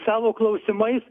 savo klausimais